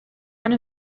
one